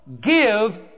give